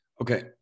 Okay